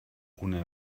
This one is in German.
ohne